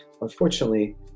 Unfortunately